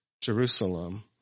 Jerusalem